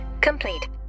complete